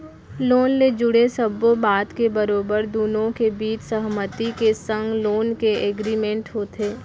loan ले जुड़े सब्बो बात के बरोबर दुनो के बीच सहमति के संग लोन के एग्रीमेंट होथे